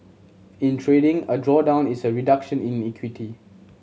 in trading a drawdown is a reduction in equity